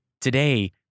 Today